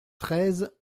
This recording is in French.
treize